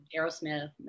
Aerosmith